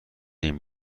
این